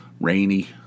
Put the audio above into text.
rainy